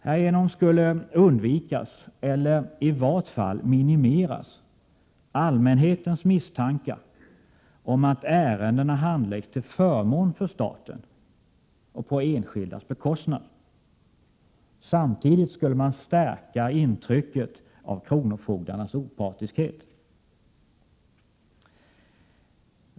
Härigenom skulle man undvika eller i varje fall minimera allmänhetens misstankar om att ärendena handläggs till förmån för staten på enskildas bekostnad. Samtidigt skulle man stärka intrycket av kronofogdarnas opartiskhet.